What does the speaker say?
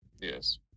Yes